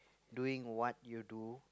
doing what you do